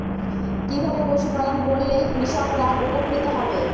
কিভাবে পশু পালন করলেই কৃষকরা উপকৃত হবে?